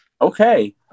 Okay